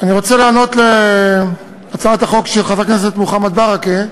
אני רוצה לענות להצעת החוק של חבר הכנסת מוחמד ברכה,